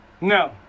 No